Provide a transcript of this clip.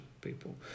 people